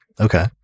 Okay